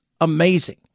amazing